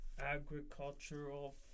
Agricultural